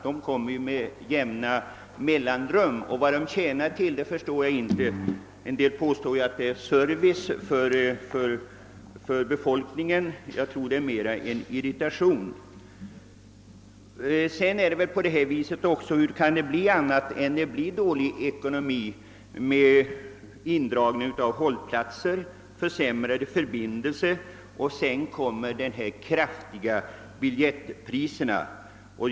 De framförs med jämna mellanrum, och vilket syfte de tjänar förstår jag inte. En del påstår att de skulle utgöra en service för befolkningen — jag tror snarare att de är ett irritationsmoment. Man kan också fråga hur det skulle kunna bli något annat än dålig ekonomi med de indragningar av hållplatser som görs, med de försämrade förbindelserna och dessutom de kraftigt tilltagna biljettpriserna.